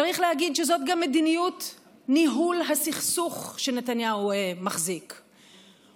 צריך להגיד שזו גם מדיניות ניהול הסכסוך שנתניהו מחזיק בה.